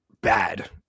bad